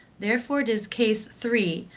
therefore it is case three,